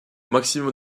maximum